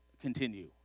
continue